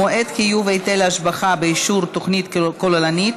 מועד חיוב היטל השבחה באישור תוכנית כוללנית),